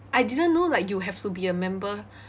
I didn't know like you have to be a member